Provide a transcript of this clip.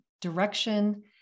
direction